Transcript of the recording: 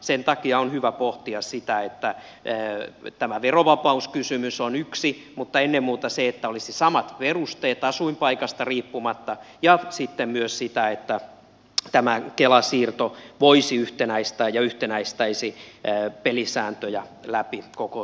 sen takia on hyvä pohtia sitä että tämä verovapauskysymys on yksi mutta ennen muuta se että olisi samat perusteet asuinpaikasta riippumatta ja sitten myös sitä että tämä kela siirto voisi yhtenäistää ja yhtenäistäisi pelisääntöjä läpi koko suomenmaan